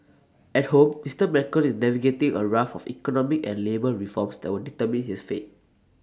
at home Mister Macron is navigating A raft of economic and labour reforms that will determine his fate